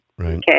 okay